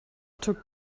took